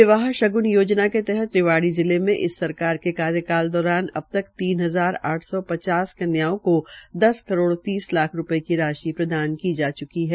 विवाह शग्न योजना के तहत रिवाड़ी जिले में इस सरकार के कार्यकाल दौरान अब तक तीन हजार आठ सौ पचास कन्याओ को दस करोड़ तीन लाख रूपये की राशि प्रदान की जा चुकी है